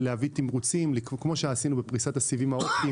תמרוצים כמו שעשיתי עם פריסת הסיבים האופטיים,